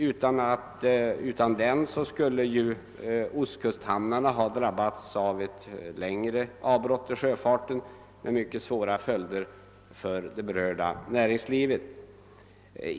Utan den skulle ostkusthamnarna ha drabbats av ett längre avbrott i sjöfarten med mycket svåra följder för det berörda näringslivet.